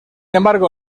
embargo